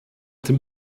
dem